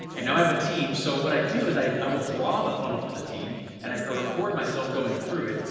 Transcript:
and now i have a team, so what i do is i i will draw the funnel for the team, and i record myself going through it,